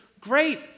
great